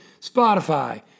Spotify